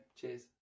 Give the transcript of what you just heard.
Cheers